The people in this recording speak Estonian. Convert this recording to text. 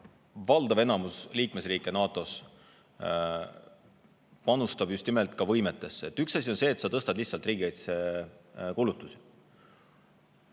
valdav enamus liikmesriike NATO-s panustab just nimelt ka võimetesse. Üks asi on see, et sa tõstad lihtsalt riigikaitsekulutusi.